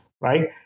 right